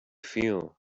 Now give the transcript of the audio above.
feel